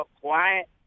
quiet